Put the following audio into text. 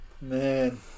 Man